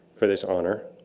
for this honor.